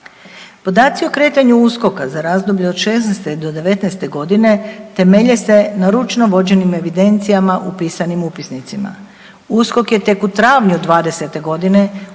Podaci o kretanju USKOK-a za razdoblje od '16.-'19.g. temelje se na ručno vođenim evidencijama upisanim u upisnicima. USKOK je tek u travnju '20.g. uključen